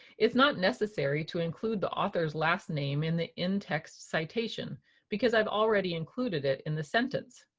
it's not necessary to include the author's last name in the in-text citation because i've already included it in the sentence.